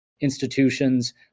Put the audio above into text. institutions